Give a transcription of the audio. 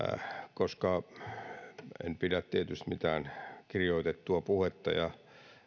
koska en tietystikään pidä mitään kirjoitettua puhetta ja